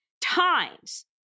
times